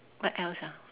what else ah